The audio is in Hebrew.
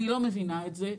אני לא מבינה את זה.